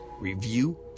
review